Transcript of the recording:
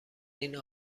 این